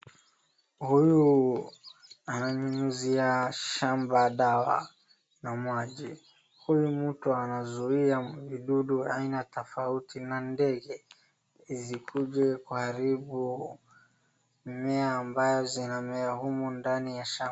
Huyu ananyunyizia shamba dawa na maji. Huyu mtu anazuia midudu aina tofauti na dege zisikuje kuharibu mimea ambayo inamea uku ndani ya shamba.